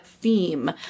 theme